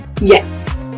yes